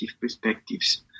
perspectives